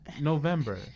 November